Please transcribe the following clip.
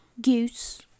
goose